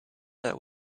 that